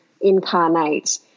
incarnate